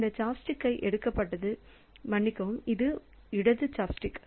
இந்த சாப்ஸ்டிக் எடுக்கப்பட்டது மன்னிக்கவும் இது இடது சாப்ஸ்டிக்